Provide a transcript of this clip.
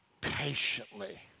patiently